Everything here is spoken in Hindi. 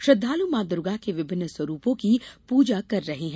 श्रद्वालु मॉ दुर्गा के विभिन्न स्वरूपों की पूजा कर रहे हैं